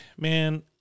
man